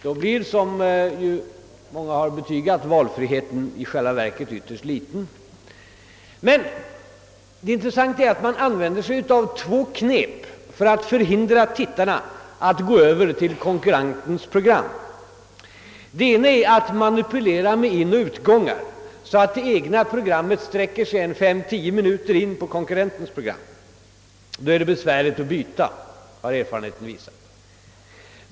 Då blir, som många har betygat, valfriheten i själva verket ytterst liten. Men det intressanta är att man använder två knep för att förhindra tittarna att gå över till konkurrentens program. Det ena är att man manipulerar med inoch utgångar, så att de egna programmen sträcker sig fem, tio minuter in på konkurrentens program. Erfarenheten visar att det då blir besvärligt att byta.